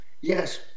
Yes